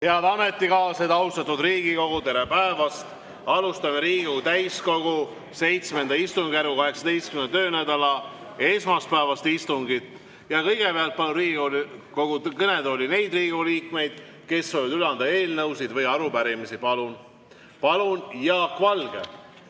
Head ametikaaslased, austatud Riigikogu, tere päevast! Alustame Riigikogu täiskogu VII istungjärgu 18. töönädala esmaspäevast istungit. Kõigepealt palun Riigikogu kõnetooli neid Riigikogu liikmeid, kes soovivad üle anda eelnõusid või arupärimisi. Palun, Jaak Valge!